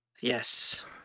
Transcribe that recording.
Yes